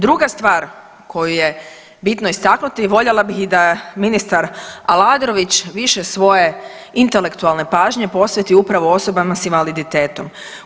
Druga stvar koju je bitno istaknuti, voljela bih i da ministar Aladrović više svoje intelektualne pažnje posveti upravo osobama sa invaliditetom.